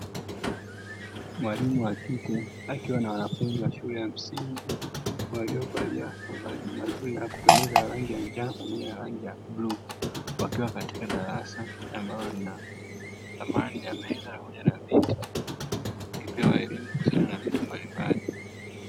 Mwalimu wa kike akiwa na wanafunzi wa shule ya msingi waliovalia mavazi mazuri na ya kupendeza ya rangi ya njano pamoja na rangi ya bluu, wakiwa katika darasa ambalo lina samani ya meza pamoja na viti wakipewa elimu kuhusiana na vitu mbalimbali.